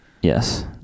Yes